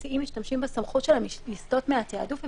משתמשים בסמכות שלהם לסטות מהתעדוף,